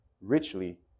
richly